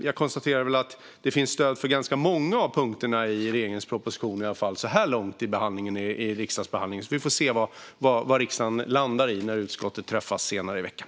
Jag konstaterar att det finns stöd för ganska många av punkterna i regeringens proposition, i alla fall så här långt i riksdagsbehandlingen. Vi får se vad riksdagen landar i när utskottet träffas senare i veckan.